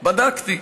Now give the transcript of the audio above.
בדקתי.